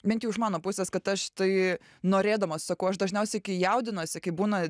bent jau iš mano pusės kad aš tai norėdama sakau aš dažniausiai kai jaudinuosi kai būna